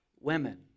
women